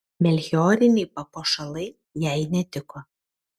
melchioriniai papuošalai jai netiko